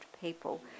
people